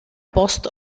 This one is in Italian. post